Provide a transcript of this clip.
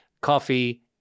coffee